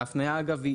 אגב,